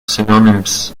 synonyms